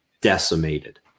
decimated